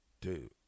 Dude